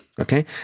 Okay